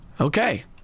Okay